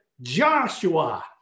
Joshua